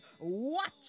watch